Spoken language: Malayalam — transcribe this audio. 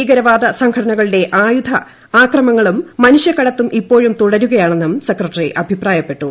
ഭീകരവാദ സംഘടനകളുടെ ആയുധ ആക്രമണങ്ങളും മനുഷ്യക്കടത്തും ഇപ്പോഴും തുടരുകയാണെന്നും സെക്രട്ടറി അഭിപ്രായപ്പെട്ടു